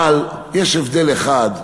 אבל יש הבדל אחד,